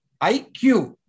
IQ